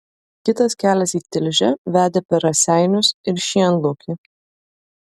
kitas kelias į tilžę vedė per raseinius ir šienlaukį